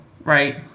right